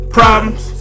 Problems